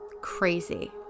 crazy